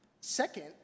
Second